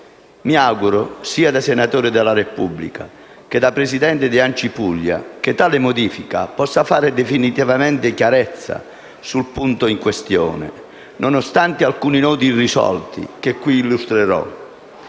Mi auguro, sia da senatore della Repubblica che da presidente di ANCI Puglia, che tale modifica possa fare definitivamente chiarezza sul punto in questione, nonostante alcuni nodi irrisolti che qui illustrerò.